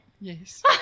Yes